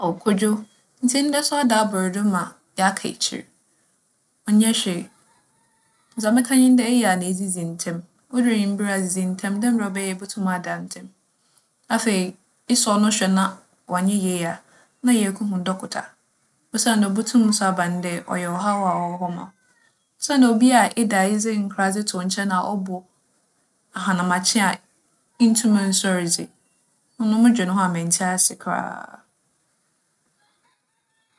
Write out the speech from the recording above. Aw, Kwodwo, ntsi ndɛ so ada abor do ma yɛaka ekyir? ͻnnyɛ hwee, dza mɛka nye dɛ eyɛ a nna edzidzi ntsɛm. Odur ewimber a dzidzi ntsɛm dɛ mbrɛ ͻbɛyɛ a ibotum ada ntsɛm. Afei, esͻ ͻno hwɛ na ͻannyɛ yie a na yekohu dͻkota osiandɛ obotum so aba no dɛ ͻyɛ ͻhaw a ͻwͻ hͻ ma wo. Osiandɛ obi a eda a edze nkradze to nkyɛn a ͻbͻ ahanamakye a inntum nnsoɛr dze, ͻno modwen ho a menntse ase koraa.